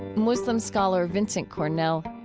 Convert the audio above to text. muslim scholar vincent cornell.